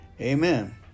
Amen